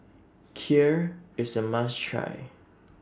Kheer IS A must Try